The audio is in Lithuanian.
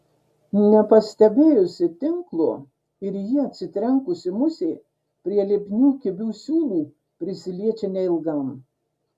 nepastebėjusi tinklo ir į jį atsitrenkusi musė prie lipnių kibių siūlų prisiliečia neilgam